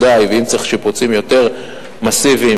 ואם צריך שיפוצים יותר מסיביים,